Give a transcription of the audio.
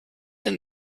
than